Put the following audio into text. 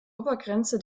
obergrenze